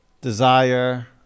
desire